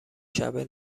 شبه